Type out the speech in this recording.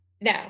No